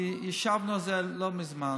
כי ישבנו על זה לא מזמן